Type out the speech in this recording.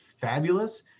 fabulous